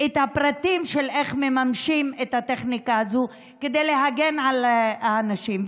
הפרטים של איך מממשים את הטכנולוגיה הזו כדי להגן על הנשים.